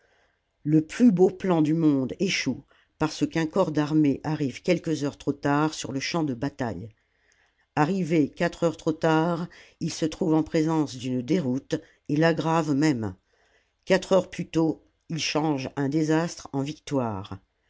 le plus beau plan du monde échoue parce qu'un corps d'armée arrive quelques heures trop tard sur le champ de bataille arrivé quatre heures trop tard il se trouve en présence d'une déroute et l'aggrave même la commune quatre heures plus tôt il change un désastre en victoire